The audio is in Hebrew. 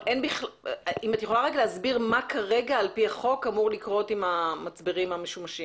יכולה להסביר מה כרגע אמור לקרות על פי החוק עם המצברים המשומשים?